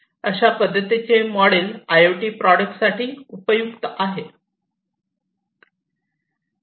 अशा पद्धतीचे model I O T products साठी उपयुक्त आहे